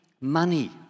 money